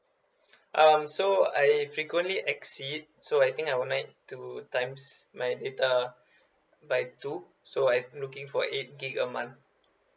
um so I frequently exceed so I think I would like to times my data by two so I looking for eight gig a month